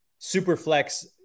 Superflex